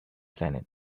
planet